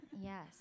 Yes